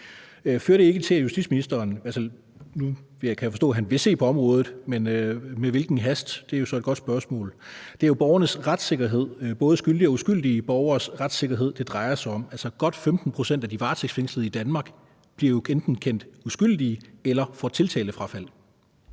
jeg forstå, at justitsministeren vil se på området, men med hvilken hast? Det er så et godt spørgsmål. Det er jo borgernes retssikkerhed, både skyldige og uskyldige borgeres retssikkerhed, det drejer sig om. Godt 15 pct. af de varetægtsfængslede i Danmark bliver jo enten kendt uskyldige eller får tiltalefrafald.